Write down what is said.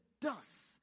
dust